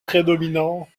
prédominant